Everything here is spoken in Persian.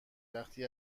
وقتی